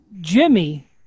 Jimmy